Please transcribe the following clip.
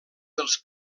dels